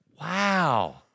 Wow